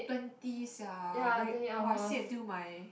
twenty sia very !wow! I sit until my